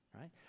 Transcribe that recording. right